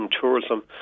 tourism